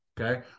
Okay